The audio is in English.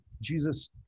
Jesus